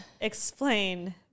explain